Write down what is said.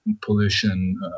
pollution